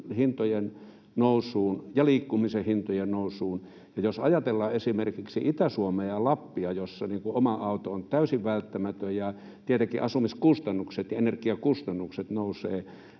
hintojen nousuun ja liikkumisen hintojen nousuun, ja jos ajatellaan esimerkiksi Itä-Suomea ja Lappia, jossa oma auto on täysin välttämätön ja tietenkin asumiskustannukset ja energiakustannukset nousevat,